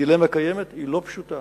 הדילמה קיימת, היא לא פשוטה.